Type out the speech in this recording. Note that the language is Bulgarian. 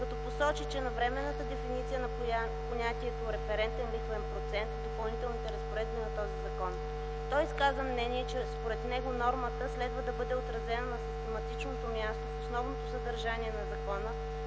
като посочи като навременна дефиницията на понятието „референтен лихвен процент” в Допълнителните разпоредби на закона. Той изказа мнение, че според него нормата следва да бъде отразена на систематичното място в основното съдържание на закона,